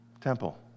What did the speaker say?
temple